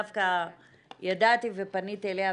דווקא ידעתי ופניתי אליה,